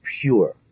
pure